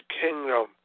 kingdom